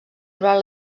durant